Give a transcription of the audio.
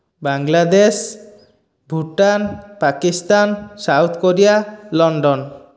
Bangladesh Bhutan Pakistan South Korea London